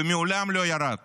ומעולם לא ירד